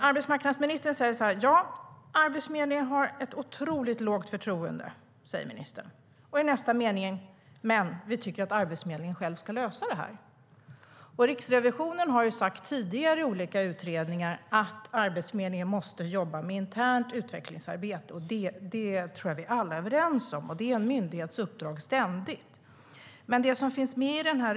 Arbetsmarknadsministern säger att Arbetsförmedlingen åtnjuter ett otroligt lågt förtroende. I nästa mening säger hon att regeringen anser att Arbetsförmedlingen själv ska lösa problemet. Riksrevisionen har i tidigare utredningar sagt att Arbetsförmedlingen måste jobba med internt utvecklingsarbete. Det är vi alla överens om. Det är en myndighets ständiga uppdrag.